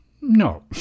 No